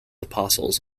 apostles